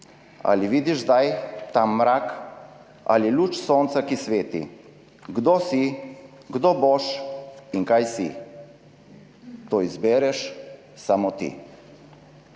Ali vidiš zdaj ta mrak ali luč sonca, ki sveti? Kdo si, kdo boš in kaj si, to izbereš samo ti.«